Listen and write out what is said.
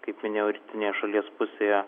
kaip minėjau rytinėje šalies pusėje